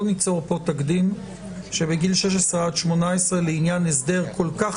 לא ניצור פה תקדים שמגיל 16 עד 18 לעניין הסדר כל כך